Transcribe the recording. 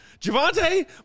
Javante